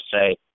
say